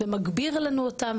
ומגביר לנו אותם,